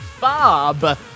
Bob